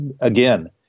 again